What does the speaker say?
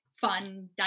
fun